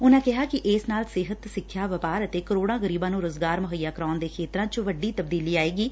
ਉਨੁਾਂ ਕਿਹਾ ਕਿ ਇਸ ਨਾਲ ਸਿਹਤ ਸਿੱਖਿਆ ਵਪਾਰ ਅਤੇ ਕਰੋੜਾਂ ਗਰੀਬਾਂ ਨੂੰ ਰੁਜਗਾਰ ਮੁਹੱਈਆ ਕਰਾਉਣ ਦੇ ਖੇਤਰਾਂ 'ਚ ਵੱਡੀ ਤਬਦੀਲੀ ਆਏਗੀ